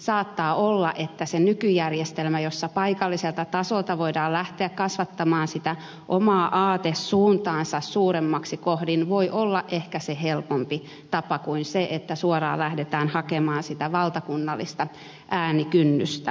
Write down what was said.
saattaa olla että se nykyjärjestelmä jossa paikalliselta tasolta voidaan lähteä kasvattamaan sitä omaa aatesuuntaansa suurem maksi voi olla ehkä se helpompi tapa kuin se että suoraan lähdetään hakemaan sitä valtakunnallista äänikynnystä